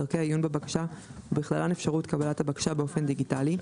דרכי העיון בבקשה ובכללן אפשרות קבלת הבקשה באופן דיגיטלי,